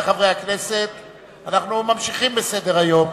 אנחנו ממשיכים בסדר-היום: